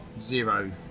zero